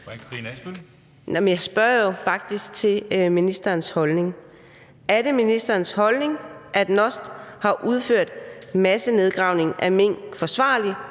Jeg spørger jo faktisk til ministerens holdning. Er det ministerens holdning, at NOST har udført massenedgravning af mink forsvarligt